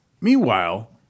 meanwhile